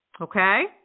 Okay